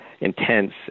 intense